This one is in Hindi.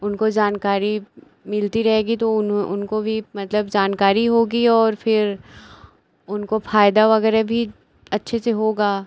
उनको ज़ानकारी मिलती रहेगी तो उन्हों उनको भी मतलब जानकारी होगी और फिर उनको फ़ायदा वग़ैरह भी अच्छे से होगा